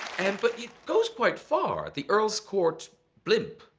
and but it goes quite far, the earls court blimp.